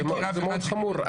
זה מאוד חמור.